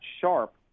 sharp